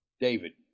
David